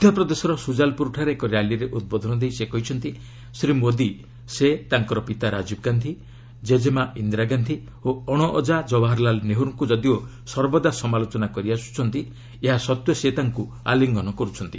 ମଧ୍ୟପ୍ରଦେଶର ସୁଜାଲପୁରଠାରେ ଏକ ର୍ୟାଲିରେ ଉଦ୍ବୋଧନ ଦେଇ ସେ କହିଛନ୍ତି ଶ୍ରୀ ମୋଦି ସେ ତାଙ୍କର ପିତା ରାଜୀବ ଗାନ୍ଧି ଜେଜେମା ଇନ୍ଦିରା ଗାନ୍ଧି ଓ ଅଣଅଜା ଜବାହାରଲାଲ ନେହେରୁଙ୍କୁ ଯଦିଓ ସର୍ବଦା ସମାଲୋଚନା କରିଆସୁଛନ୍ତି ଏହା ସତ୍ତ୍ୱେ ସେ ତାଙ୍କୁ ଆଲିଙ୍ଗନ କରୁଛନ୍ତି